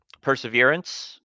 perseverance